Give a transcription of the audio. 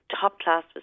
top-class